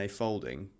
folding